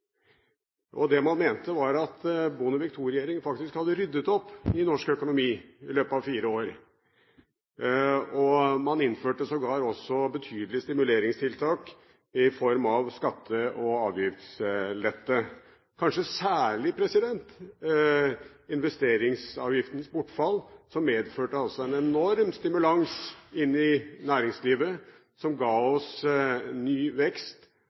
Det man mente, var at Bondevik II-regjeringen faktisk hadde ryddet opp i norsk økonomi i løpet av fire år. Man innførte sågar betydelige stimuleringstiltak i form av skatte- og avgiftslette, og det var kanskje særlig investeringsavgiftens bortfall – som medførte en enorm stimulans i næringslivet – som ga oss ny vekst